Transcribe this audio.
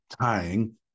tying